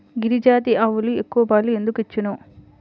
గిరిజాతి ఆవులు ఎక్కువ పాలు ఎందుకు ఇచ్చును?